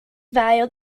valued